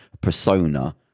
persona